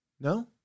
no